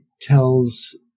tells